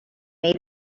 made